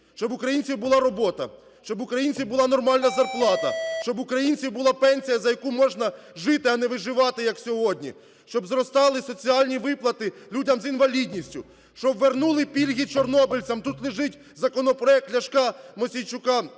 щоб в українців була робота, щоб в українців була нормальна зарплата, щоб в українців була пенсія за яку можна жити, а не виживати, як сьогодні, щоб зростали соціальні виплати людям з інвалідністю, щоб вернули пільги чорнобильцям (тут лежить законопроект Ляшка, Мосійчука,